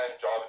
job